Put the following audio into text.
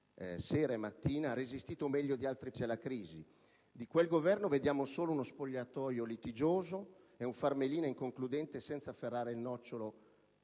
sera e mattina - ha resistito meglio di altri alla crisi. Di quel Governo vediamo solo uno spogliatoio litigioso e un far melina inconcludente senza afferrare il nocciolo